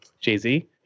Jay-Z